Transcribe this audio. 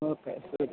okay ശരി